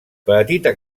petita